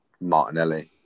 Martinelli